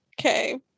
Okay